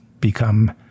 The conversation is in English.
become